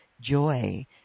joy